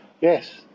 Yes